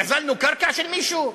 גזלנו קרקע של מישהו?